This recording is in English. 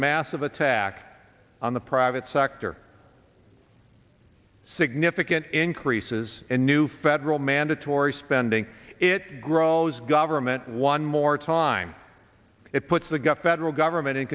massive attack on the private sector significant increases in new federal mandatory spending it grows government one more time it puts the got federal government in